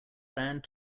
band